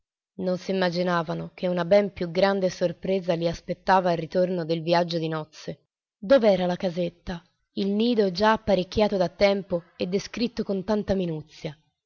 propositi non s'immaginavano che una ben più grande sorpresa li aspettava al ritorno dal viaggio di nozze dov'era la casetta il nido già apparecchiato da tempo e descritto con tanta minuzia